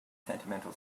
sentimental